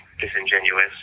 disingenuous